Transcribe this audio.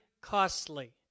costly